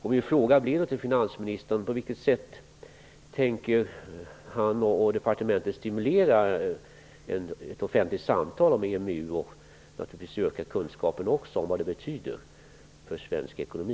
På vilket sätt tänker finansministern och Finansdepartementet stimulera ett offentligt samtal om EMU? Naturligtvis gäller det också att vi bör öka kunskapen om vad detta betyder för svensk ekonomi.